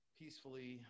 peacefully